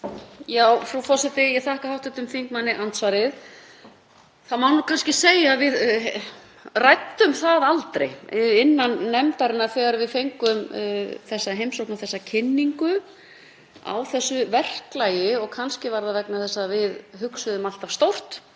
Frú forseti. Ég þakka hv. þingmanni andsvarið. Það má kannski segja að við ræddum það aldrei innan nefndarinnar þegar við fengum þessa heimsókn og kynningu á þessu verklagi og kannski var það vegna þess að við hugsuðum alltaf stórt,